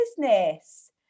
business